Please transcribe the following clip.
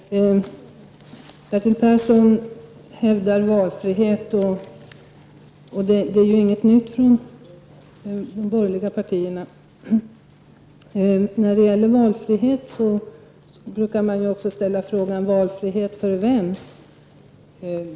Herr talman! Bertil Persson hävdar valfrihet, och det är ju inget nytt från de borgerliga partierna. När det gäller valfrihet brukar man också ställa frågan: Valfrihet för vem?